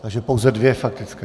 Takže pouze dvě faktické.